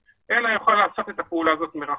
אלא הוא יכול לעשות את הפעולה הזאת מרחוק.